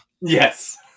yes